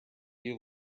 you